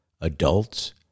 adults